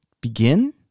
begin